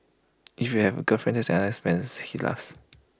if you have A girlfriend that's another expense he laughs